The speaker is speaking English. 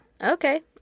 Okay